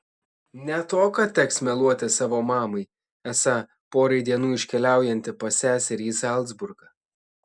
ne to kad teks meluoti savo mamai esą porai dienų iškeliaujanti pas seserį į zalcburgą